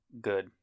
good